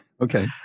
Okay